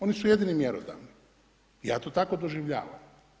Oni su jedini mjerodavni, ja to tako doživljavam.